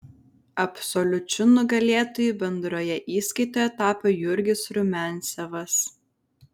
absoliučiu nugalėtoju bendroje įskaitoje tapo jurgis rumiancevas